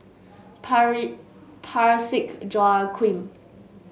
Pare Parsick Joaquim